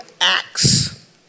Acts